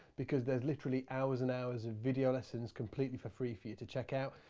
because there are literally hours and hours of video lessons completely for free for you to check out.